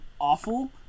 awful